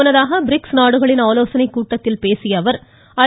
முன்னதாக பிரிக்ஸ் நாடுகளின் ஆலோசனைக்கூட்டத்தில் பேசிய அவர் ஐ